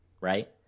right